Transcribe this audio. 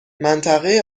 منطقه